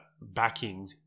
backing